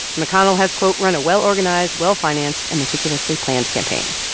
mcconnell has, quote, run a well-organized, well-financed and meticulously planned campaign.